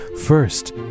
First